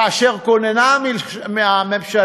כאשר כוננה הממשלה,